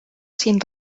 sin